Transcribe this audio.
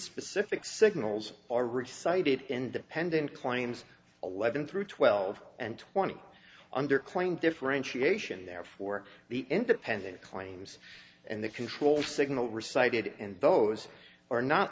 specific signals are recited independent claims eleven through twelve and twenty under claim differentiation therefore the independent claims and the control signal recited and those are not